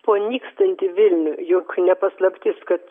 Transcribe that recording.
po nykstantį vilnių juk ne paslaptis kad